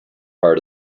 part